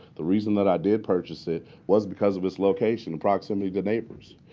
the reason that i did purchase it was because of its location, proximity to neighbors.